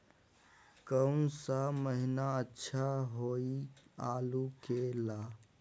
कौन सा महीना अच्छा होइ आलू के ला?